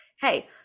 Hey